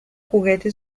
juguete